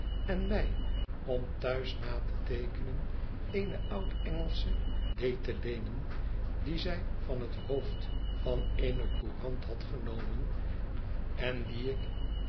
en mij om thuis na te teekenen eene oud-engelsche d te leenen die zij van het hoofd van eene courant had genomen en die ik